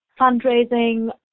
fundraising